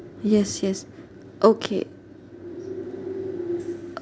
yes yes okay